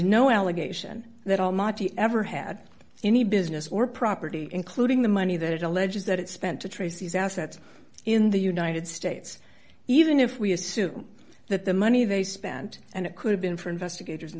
no allegation that almighty ever had any business or property including the money that it alleges that it spent to trace these assets in the united states even if we assume that the money they spent and it could have been for investigators in